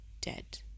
dead